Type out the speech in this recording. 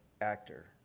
actor